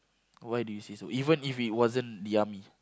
why do you say so even if it wasn't the army